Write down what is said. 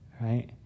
right